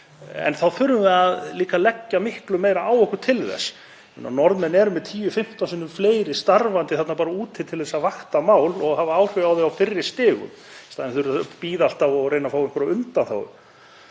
En þá þurfum við líka að leggja miklu meira á okkur til þess. Norðmenn eru með 10–15 sinnum fleiri starfandi þarna úti til þess að vakta mál og hafa áhrif á þau á fyrri stigum í staðinn fyrir að bíða alltaf og reyna að fá einhverjar undanþágur.